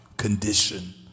condition